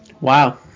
Wow